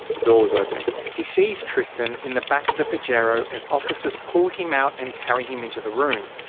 the door was opening. he sees tristan in the back of the pajero as officers pull him out and carry him into the room.